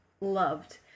loved